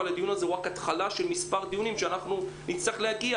אבל הדיון הזה הוא רק התחלה של דיונים שנצטרך לעשות,